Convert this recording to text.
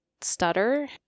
stutter